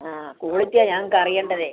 ആ ക്വാളിറ്റിയാണ് ഞങ്ങൾക്ക് അറിയേണ്ടത്